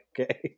okay